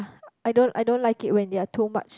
I don't I don't like it when there are too much